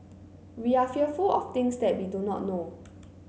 we are fearful of things that we do not know